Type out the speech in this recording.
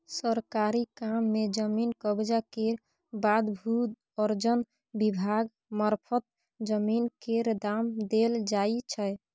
सरकारी काम मे जमीन कब्जा केर बाद भू अर्जन विभाग मारफत जमीन केर दाम देल जाइ छै